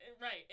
right